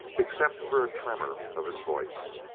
except for a tremor of his voice.